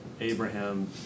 Abraham